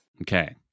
Okay